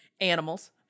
animals